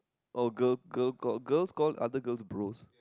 oh girl girl god girl god others girls' bro